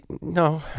no